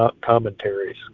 commentaries